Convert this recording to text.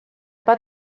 pas